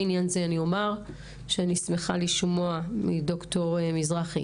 בעניין זה אומר שאני שמחה לשמוע מדר' מזרחי